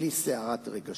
בלי סערת רגשות.